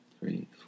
Three